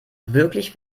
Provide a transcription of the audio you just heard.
wirklich